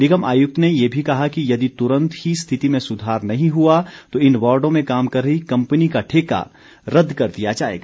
निगम आयुक्त ने ये भी कहा कि यदि तुरंत ही स्थिति में सुधार नहीं हुआ तो इन वार्डों में काम कर रही कम्पनी का ठेका रद्द कर दिया जाएगा